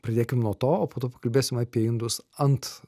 pradėkim nuo to o po to pakalbėsim apie indus ant